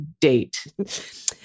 date